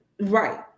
Right